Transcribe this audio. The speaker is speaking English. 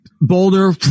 boulder